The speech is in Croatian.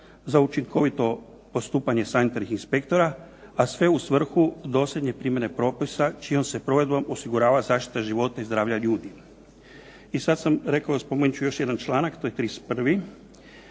za učinkovito postupanje sanitarnih inspektora, a sve u svrhu dosljedne primjene propisa čijom se provedbom osigurava zaštita života i zdravlja ljudi. I sad sam rekao, spomenut ću još jedan članak, to je 31.,